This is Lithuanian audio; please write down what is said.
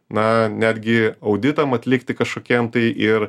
na netgi auditam atlikti kažkokiem tai ir